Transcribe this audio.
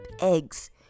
eggs